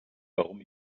warum